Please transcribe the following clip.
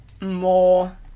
more